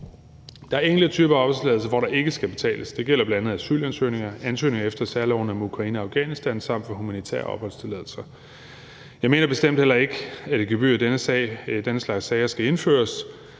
Der er enkelte typer opholdstilladelser, hvor der ikke skal betales. Det gælder bl.a. for asylansøgninger, ansøgninger efter særloven om Ukraine og Afghanistan samt for ansøgninger om humanitær opholdstilladelse. Jeg mener bestemt heller ikke, at et gebyr i denne slags sager skal indføres.